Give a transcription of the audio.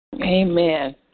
Amen